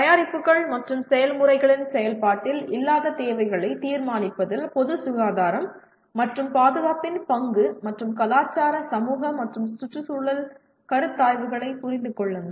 தயாரிப்புகள் மற்றும் செயல்முறைகளின் செயல்பாட்டில் இல்லாததேவைகளை தீர்மானிப்பதில் பொது சுகாதாரம் மற்றும் பாதுகாப்பின் பங்கு மற்றும் கலாச்சார சமூக மற்றும் சுற்றுச்சூழல் கருத்தாய்வுகளைப் புரிந்து கொள்ளுங்கள்